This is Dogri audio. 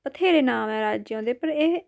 बत्थेरे नाऽ ऐ राज्यें दे पर एह्